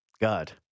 God